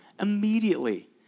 Immediately